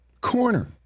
corner